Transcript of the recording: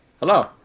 Hello